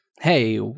hey